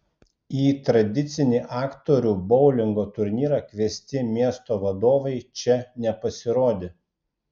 į tradicinį aktorių boulingo turnyrą kviesti miesto vadovai čia nepasirodė